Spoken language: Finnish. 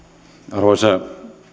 arvoisa